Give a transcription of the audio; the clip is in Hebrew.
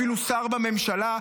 אפילו שר בממשלה,